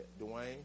Dwayne